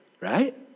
Right